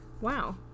Wow